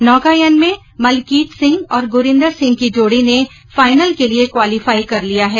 नौकायन में मलकीत सिंह और गूरिन्दर सिंह की जोड़ी ने फाइनल के लिए क्वालीफाई कर लिया है